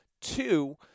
Two